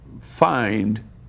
find